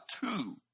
two